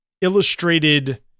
illustrated